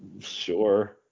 Sure